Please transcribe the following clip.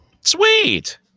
Sweet